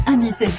Amis